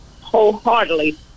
wholeheartedly